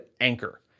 Anchor